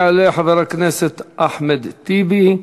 יעלה חבר הכנסת אחמד טיבי,